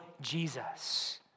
Jesus